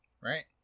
Right